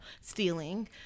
stealing